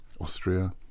Austria